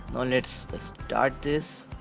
let's start this.